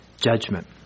judgment